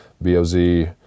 BOZ